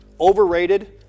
Overrated